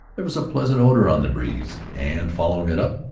there was a pleasant odor on the breeze, and following it up,